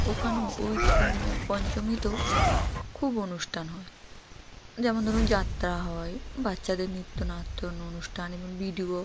ওখানেও ওই ও পঞ্চমীতেও খুব অনুষ্ঠান হয় যেমন ধরুন যাত্রা হয় বাচ্চাদের নৃত্যনাট্য অনুষ্ঠান এবং ভিডিও